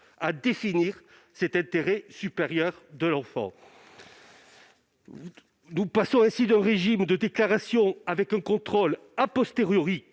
à définir cet intérêt supérieur de l'enfant. Nous passons ainsi d'un régime de déclaration avec un contrôle, que